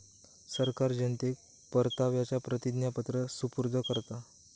सरकार जनतेक परताव्याचा प्रतिज्ञापत्र सुपूर्द करता